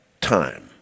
time